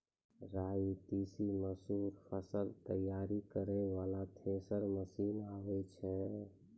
राई तीसी मसूर फसल तैयारी करै वाला थेसर मसीन आबै छै?